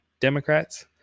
Democrats